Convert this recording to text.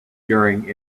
during